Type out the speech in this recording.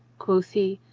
quoth he,